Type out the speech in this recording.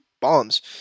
bombs